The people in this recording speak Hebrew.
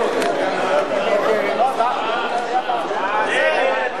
ההצעה להסיר מסדר-היום את הצעת חוק השכירות והשאילה (תיקון,